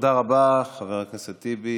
תודה רבה, חבר הכנסת טיבי.